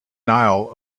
nile